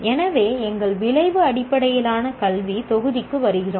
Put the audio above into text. எனவே எங்கள் விளைவு அடிப்படையிலான கல்வி தொகுதிக்கு வருகிறோம்